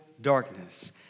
darkness